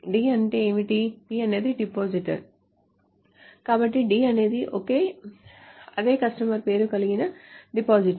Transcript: D అంటే ఏమిటి D అనేది డిపాజిటర్ కాబట్టి D అనేది అదే కస్టమర్ పేరు కలిగిన డిపాజిటర్